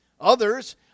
Others